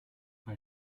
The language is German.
bei